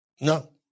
No